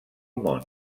món